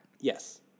Yes